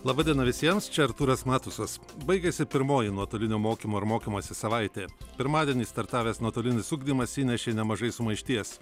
laba diena visiems čia artūras matusas baigėsi pirmoji nuotolinio mokymo ir mokymosi savaitė pirmadienį startavęs nuotolinis ugdymas įnešė nemažai sumaišties